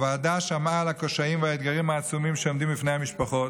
הוועדה שמעה על הקשיים והאתגרים העצומים שעומדים בפני המשפחות.